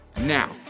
Now